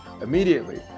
immediately